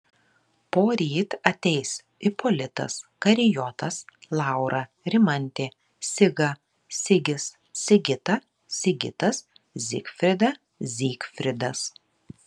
poryt ateis ipolitas karijotas laura rimantė siga sigis sigita sigitas zigfrida zygfridas